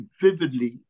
vividly